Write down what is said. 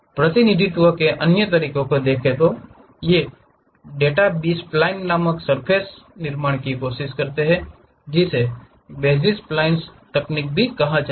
प्रतिनिधित्व के अन्य तरीके को देखे तो ये डेटा B splines नामक सर्फ़ेस के निर्माण की कोशिश करते हैं जिसे बेसिस स्प्लिन्स तकनीक भी कहा जाता है